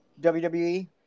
WWE